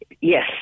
Yes